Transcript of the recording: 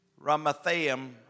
Ramathaim